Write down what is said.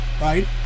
right